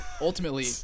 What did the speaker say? ultimately